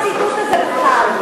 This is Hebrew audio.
הזה בכלל.